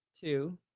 two